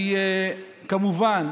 כמובן,